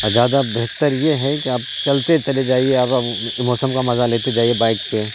اور زیادہ بہتر یہ ہے کہ آپ چلتے چلے جائیے موسم کا مزہ لیتے جائیے بائک پہ